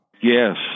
Yes